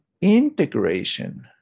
integration